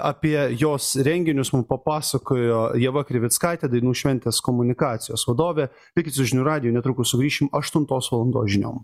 apie jos renginius mum papasakojo ieva krivickaitė dainų šventės komunikacijos vadovė likti su žinių radiju netrukus sugrįšim aštuntos valandos žiniom